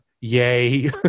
yay